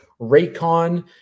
Raycon